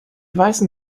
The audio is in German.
weißen